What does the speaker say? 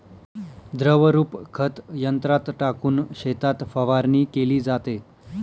द्रवरूप खत यंत्रात टाकून शेतात फवारणी केली जाते